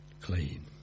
clean